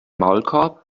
maulkorb